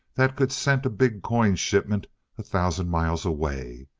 that could scent a big coin shipment a thousand miles away.